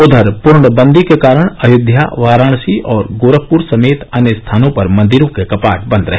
उधर पूर्णबंदी के कारण अयोध्या वाराणसी और गोरखपुर समेत अन्य स्थानों पर मंदिरों के कपाट बंद रहे